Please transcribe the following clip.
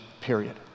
period